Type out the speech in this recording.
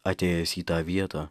atėjęs į tą vietą